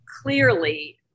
clearly